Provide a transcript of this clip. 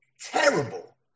terrible